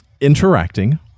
interacting